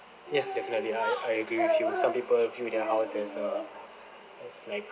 yeah definitely I I agree with you some people view their house as a as like